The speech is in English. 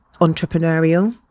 entrepreneurial